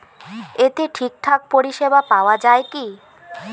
এতে ঠিকঠাক পরিষেবা পাওয়া য়ায় কি?